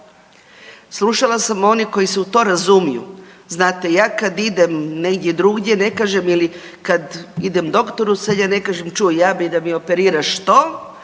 slušala sam one koji se u to razumiju. Znate ja kad idem negdje drugdje ili kad idem doktoru sad ja ne kažem čuj ja bi da mi operiraš to,